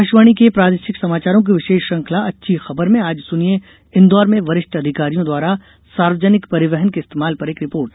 आकाशवाणी के प्रादेशिक समाचारों की विशेष श्रृंखला अच्छी खबर में आज सुनिये इंदौर में वरिष्ठ अधिकारियों द्वारा सार्वजनिक परिवहन के इस्तेमाल पर एक रिपोर्ट